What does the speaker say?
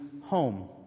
home